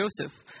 Joseph